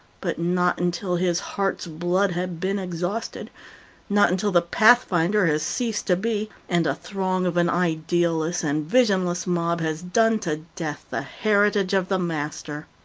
but not until his heart's blood had been exhausted not until the pathfinder has ceased to be, and a throng of an idealless and visionless mob has done to death the heritage of the master.